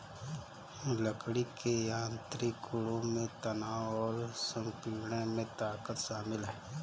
लकड़ी के यांत्रिक गुणों में तनाव और संपीड़न में ताकत शामिल है